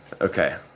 okay